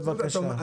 בבקשה.